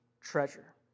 treasure